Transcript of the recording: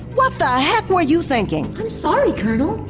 what the heck were you thinking? i'm sorry, colonel.